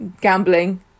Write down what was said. gambling